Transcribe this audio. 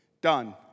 done